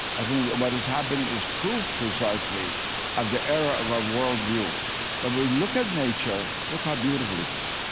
i think what is happening is proof precisely of the error of our worldview. when we look at nature, look how beautiful it is.